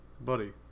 Buddy